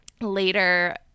later